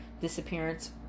disappearance